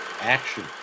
action